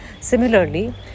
Similarly